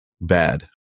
bad